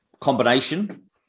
combination